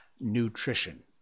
nutrition